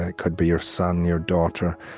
ah could be your son, your daughter,